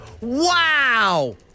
wow